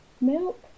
milk